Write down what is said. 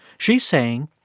she's saying,